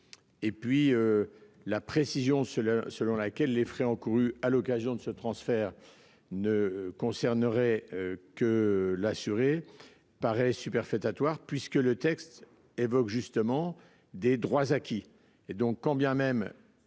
Et puis. La précision selon selon laquelle les frais encourus à l'occasion de ce transfert ne concernerait que l'assuré paraît superfétatoire puisque le texte évoque justement des droits acquis